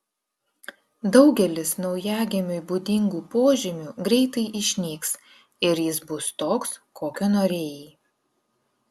daugelis naujagimiui būdingų požymių greitai išnyks ir jis bus toks kokio norėjai